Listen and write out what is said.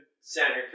center